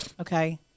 Okay